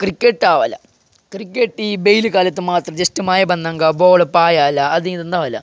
cricket ആവല്ല cricket ഈ വെയിൽ കാലത്ത് മാത്രം ജസ്റ്റ് മഴ വന്നെങ്കിൽ ബോൾ പായില്ല അത് നന്നാവില്ല